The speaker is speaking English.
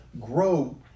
grow